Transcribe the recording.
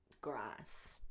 Grass